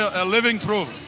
ah living proof.